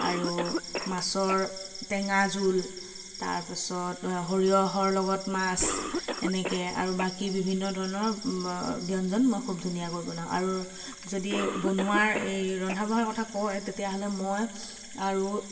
আৰু মাছৰ টেঙা জোল তাৰপাছত সৰিয়হৰ লগত মাছ এনেকে আৰু বাকী বিভিন্ন ধৰণৰ ব্যঞ্জন মই খুব ধুনীয়াকৈ বনাওঁ আৰু যদি বনোৱাৰ এই ৰন্ধা বঢ়াৰ কথা কয় তেতিয়াহ'লে মই আৰু